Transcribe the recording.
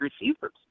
receivers